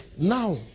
Now